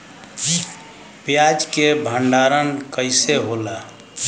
प्याज के भंडारन कइसे होला?